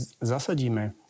zasadíme